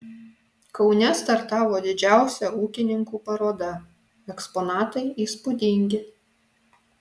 kaune startavo didžiausia ūkininkų paroda eksponatai įspūdingi